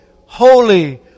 holy